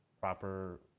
proper